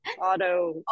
auto